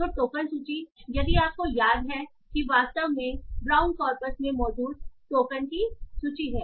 तो टोकन सूची यदि आपको याद है कि वास्तव में ब्राउन कॉर्पस में मौजूद टोकन की सूची है